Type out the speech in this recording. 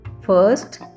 first